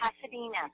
Pasadena